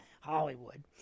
Hollywood